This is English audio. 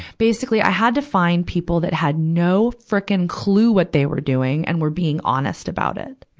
basically, i had to find people that had no freaking clue what they were doing and were being honest about it.